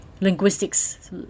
linguistics